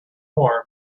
more